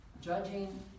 judging